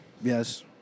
Yes